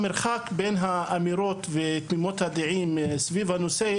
המרחק בין האמירות ותמימות הדעים סביב הנושא,